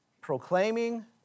Proclaiming